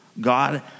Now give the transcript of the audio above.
God